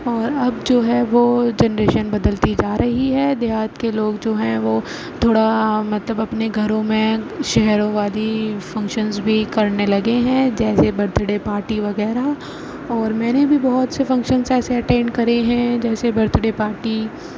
اور اب جو ہے وہ جنریشن بدلتی جا رہی ہے دیہات کے لوگ جو ہیں وہ تھوڑا مطلب اپنے گھروں میں شہروں والی فنکشنس بھی کرنے لگے ہیں جیسے برتھ ڈے پارٹی وغیرہ اور میں نے بھی بہت سے فنکشنس ایسے اٹینڈ کرے ہیں جیسے برتھ ڈے پارٹی